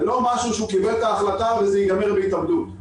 זה לא משהו שהוא קיבל את ההחלטה וזה ייגמר בהתאבדות.